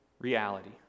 reality